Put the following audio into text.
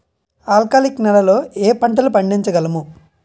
ఆల్కాలిక్ నెలలో ఏ పంటలు పండించగలము?